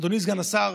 אדוני סגן השר.